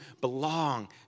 belong